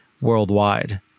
worldwide